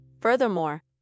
Furthermore